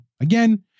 Again